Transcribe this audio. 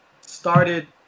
started